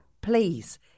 please